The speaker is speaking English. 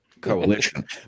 coalition